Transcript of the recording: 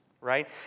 Right